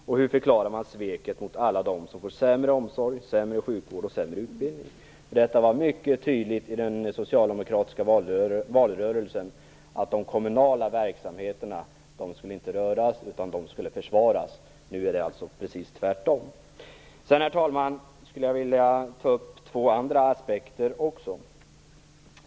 Och hur förklarar man sveket mot alla dem som får sämre omsorg, sämre sjukvård och sämre utbildning? Det framkom mycket tydligt i den socialdemokratiska valrörelsen att de kommunala verksamheterna inte skulle röras, utan de skulle försvaras. Nu är det alltså precis tvärtom. Herr talman! Jag skulle också vilja ta upp ett par andra aspekter.